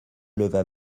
leva